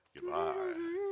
goodbye